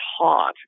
taught